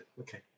Okay